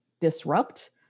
disrupt